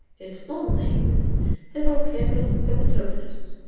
its full name is hippocampus pippitopitus.